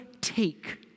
take